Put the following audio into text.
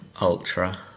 Ultra